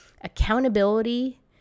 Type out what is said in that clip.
accountability